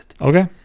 Okay